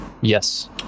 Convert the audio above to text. Yes